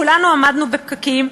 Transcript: כולנו עמדנו בפקקים,